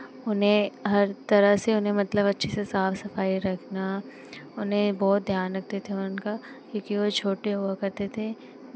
उन्हें हर तरह से उन्हें मतलब अच्छे से साफ सफाई रखना उन्हें बहुत ध्यान रखते थे वो उनका क्योंकि वो छोटे हुआ करते थे